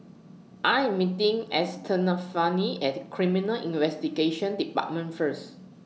I Am meeting Estefani At Criminal Investigation department First